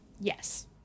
Yes